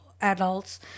adults